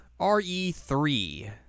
RE3